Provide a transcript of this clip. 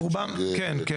כן, כן.